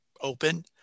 open